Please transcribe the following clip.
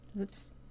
Oops